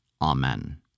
Amen